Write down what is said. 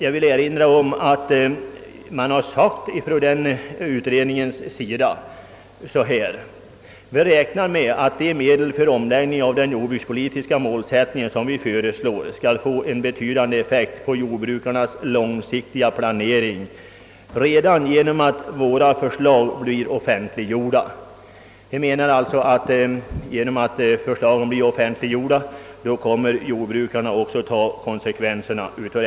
Jag vill dock erinra om följande yttrande från detta håll: »Vi räknar med att de medel för omläggning av den jordbrukspolitiska målsättningen som vi föreslår skall få en betydande effekt på Jordbrukarnas långsiktiga planering redan genom att våra förslag blir offentliggjorda.» Man menar alltså att jordbrukarna när förslagen blir offentliggjorda även kommer att ta konsekvenserna härav.